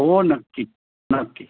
हो नक्की नक्की